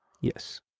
Yes